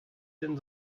denn